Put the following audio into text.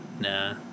Nah